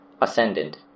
ascendant